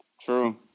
True